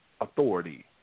authority